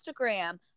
Instagram